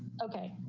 okay.